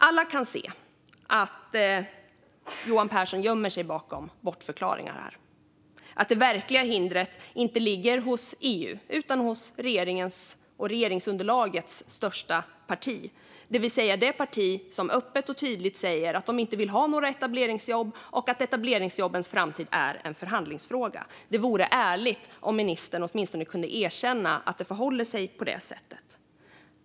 Alla kan se att Johan Pehrson gömmer sig bakom bortförklaringar här och att det verkliga hindret inte ligger hos EU utan hos regeringens och regeringsunderlagets största parti, det vill säga det parti som öppet och tydligt säger att det inte vill ha några etableringsjobb och att etableringsjobbens framtid är en förhandlingsfråga. Det vore ärligt om ministern åtminstone kunde erkänna att det förhåller sig på det sättet.